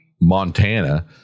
montana